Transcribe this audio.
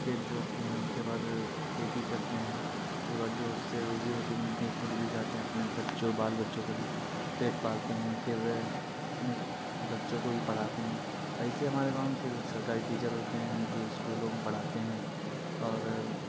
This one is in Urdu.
کھیت جوتتے ہیں اور اس کے بعد کھیتی کرتے ہیں اس کے بعد جو اس سے روزی روٹی ملتی ہے خود بھی کھاتے ہیں اپنے بچوں بال بچوں کا بھی پیٹ پالتے ہیں پھر اپنے بچوں کو بھی پڑھاتے ہیں اور ایسے ہمارے گاؤں میں پھر سرکاری ٹیچر ہوتے ہیں جو اسکولوں میں پڑھاتے ہیں اور